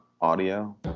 audio